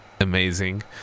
amazing